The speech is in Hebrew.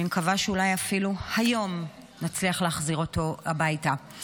אני מקווה שאולי אפילו היום נצליח להחזיר אותו הביתה.